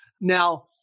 Now